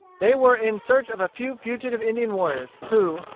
they were in search of a few fugitive indian warriors, who,